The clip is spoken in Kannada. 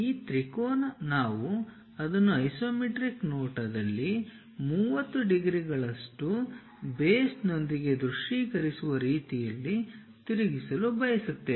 ಈ ತ್ರಿಕೋನವನ್ನು ನಾವು ಅದನ್ನು ಐಸೊಮೆಟ್ರಿಕ್ ನೋಟದಲ್ಲಿ 30 ಡಿಗ್ರಿಗಳಷ್ಟು ಬೇಸ್ನೊಂದಿಗೆ ದೃಶ್ಯೀಕರಿಸುವ ರೀತಿಯಲ್ಲಿ ತಿರುಗಿಸಲು ಬಯಸುತ್ತೇವೆ